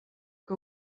que